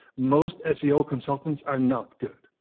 most seo consultants are not good!